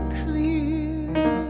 clear